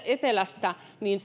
etelästä niin